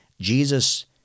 Jesus